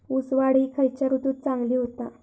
ऊस वाढ ही खयच्या ऋतूत चांगली होता?